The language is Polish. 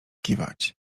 kiwać